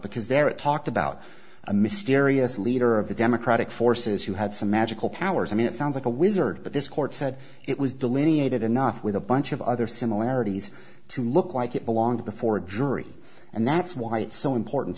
because there it talked about a mysterious leader of the democratic forces who had some magical powers i mean it sounds like a wizard but this court said it was delineated enough with a bunch of other similarities to look like it belonged to the ford jury and that's why it's so important